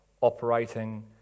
operating